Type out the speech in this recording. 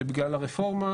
זה בגלל הרפורמה,